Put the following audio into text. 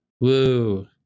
Woo